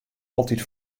altyd